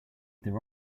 their